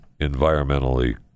environmentally